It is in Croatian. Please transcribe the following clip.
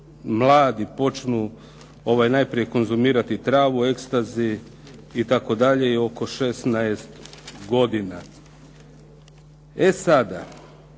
mladi počnu najprije konzumirati travu, ectasy itd. je oko 16 godina. E sada,